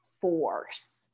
force